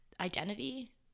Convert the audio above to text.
identity